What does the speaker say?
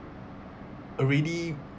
already